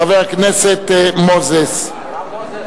חבר הכנסת מנחם אליעזר מוזס.